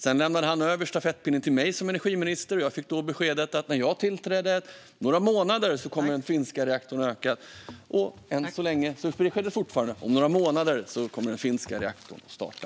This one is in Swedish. Sedan lämnade han över stafettpinnen till mig som energiminister, och jag fick då beskedet när jag tillträdde att om några månader kommer den finska reaktorn att starta. Fortfarande är det så att om några månader kommer den finska reaktorn att starta.